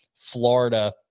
Florida